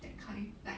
that kind like